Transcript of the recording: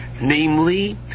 Namely